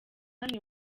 hano